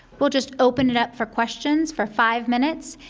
we'll just open it up for questions for five minutes,